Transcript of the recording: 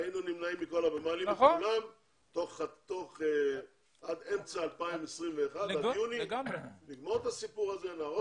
היינו מעלים את כולם עד אמצע 2021 ואז נהרוס את המחנות